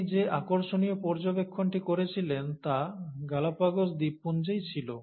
তিনি যে আকর্ষণীয় পর্যবেক্ষণটি করেছিলেন তা গ্যালাপাগোস দ্বীপপুঞ্জেই ছিল